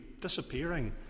disappearing